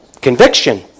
Conviction